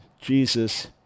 Jesus